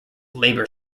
labor